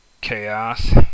Chaos